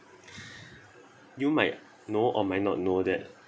you might know or might not know that